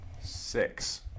Six